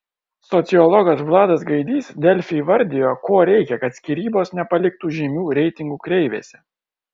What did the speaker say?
sociologas vladas gaidys delfi įvardijo ko reikia kad skyrybos nepaliktų žymių reitingų kreivėse